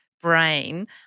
brain